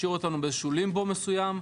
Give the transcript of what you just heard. משאיר אותנו באיזה שהוא לימבו מסוים.